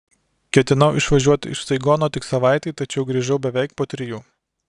ketinau išvažiuoti iš saigono tik savaitei tačiau grįžau beveik po trijų